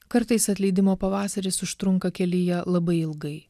kartais atleidimo pavasaris užtrunka kelyje labai ilgai